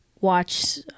watch